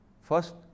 first